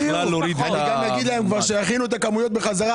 אני גם אגיד להם כבר שיכינו את הכמויות בחזרה,